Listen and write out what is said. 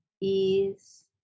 ease